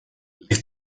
les